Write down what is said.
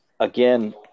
again